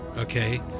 okay